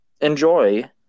enjoy